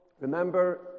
Remember